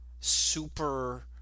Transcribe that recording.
super